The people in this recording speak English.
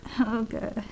Okay